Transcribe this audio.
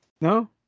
No